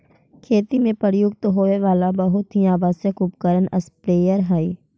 खेती में प्रयुक्त होवे वाला बहुत ही आवश्यक उपकरण स्प्रेयर हई